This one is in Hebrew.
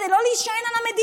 כדי לא להישען על המדינה,